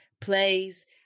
plays